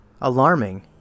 alarming